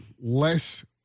less